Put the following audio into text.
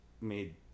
made